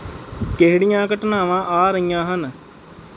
ਕਿਹੜੀਆਂ ਘਟਨਾਵਾਂ ਆ ਰਹੀਆਂ ਹਨ